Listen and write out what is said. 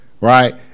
Right